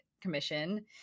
Commission